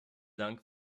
dank